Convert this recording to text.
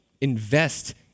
invest